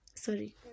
sorry